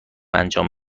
انجام